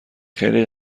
خیلی